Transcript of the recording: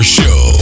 show